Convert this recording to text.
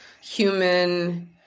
human